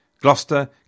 Gloucester